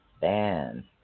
Ban